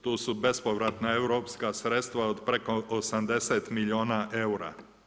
Tu su bespovratna europska sredstva od preko 70 milijuna eura.